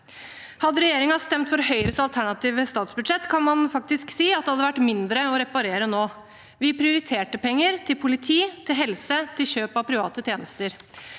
Hadde regjeringen stemt for Høyres alternative statsbudsjett, kan man faktisk si at det hadde vært mindre å reparere nå. Vi prioriterte penger til politi, til helse og til kjøp av private tjenester.